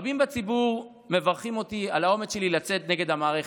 רבים בציבור מברכים אותי על האומץ שלי לצאת נגד המערכת.